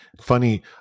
funny